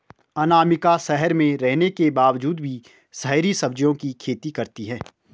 अनामिका शहर में रहने के बावजूद भी शहरी सब्जियों की खेती करती है